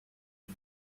you